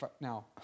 Now